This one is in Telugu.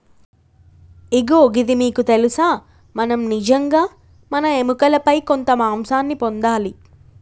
ఇగో గిది మీకు తెలుసా మనం నిజంగా మన ఎముకలపై కొంత మాంసాన్ని పొందాలి